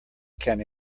can